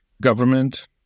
government